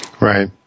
Right